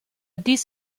dies